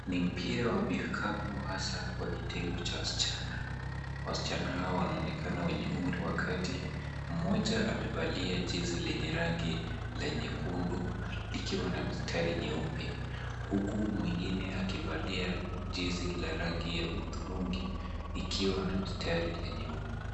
Ni mpira wa vikapu hasa kwa kitengo cha wasichana. Wasichana hawa wanaonekana wenye umri wa kati. Mmoja amevalia jezi lenye rangi la nyekundu likiwa na mistari nyeupe huku mwingine akivalia jezi la rangi ya hudhurungi likiwa na mistari la nyeupe.